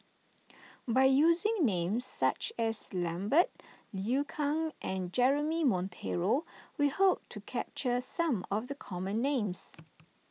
by using names such as Lambert Liu Kang and Jeremy Monteiro we hope to capture some of the common names